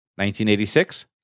1986